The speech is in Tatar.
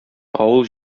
авыл